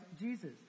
Jesus